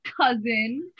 cousin